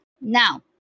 Now